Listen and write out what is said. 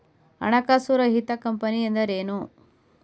ಹಣಕಾಸು ರಹಿತ ಕಂಪನಿ ಎಂದರೇನು?